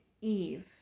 Eve